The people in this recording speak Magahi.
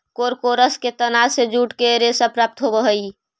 कोरकोरस के तना से जूट के रेशा प्राप्त होवऽ हई